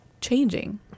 changing